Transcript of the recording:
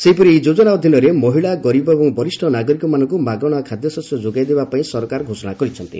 ସେହିପରି ଏହି ଯୋଜନା ଅଧିନରେ ମହିଳା ଗରିବ ଏବଂ ବରିଷ୍ଠ ନାଗରିକମାନଙ୍କୁ ମାଗଣା ଖାଦ୍ୟଶସ୍ୟ ଯୋଗାଇଦେବା ପାଇଁ ସରକାର ଘୋଷଣା କରିଛନ୍ତି